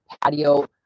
patio